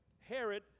Herod